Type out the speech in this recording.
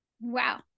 Wow